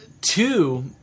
Two